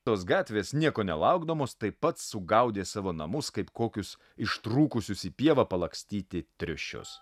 tos gatvės nieko nelaukdamos taip pat sugaudė savo namus kaip kokius ištrūkusius į pievą palakstyti triušius